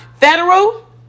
federal